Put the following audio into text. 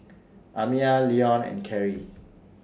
Amiah Leon and Cary